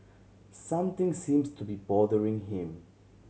something seems to be bothering him